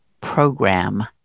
program